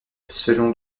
selon